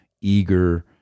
eager